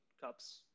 cups